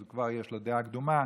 אז כבר יש לו דעה קדומה,